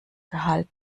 gehalt